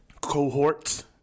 cohorts